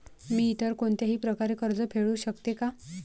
मी इतर कोणत्याही प्रकारे कर्ज फेडू शकते का?